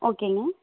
ஓகேங்க